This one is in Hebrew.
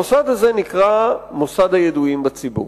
המוסד הזה נקרא: מוסד הידועים בציבור.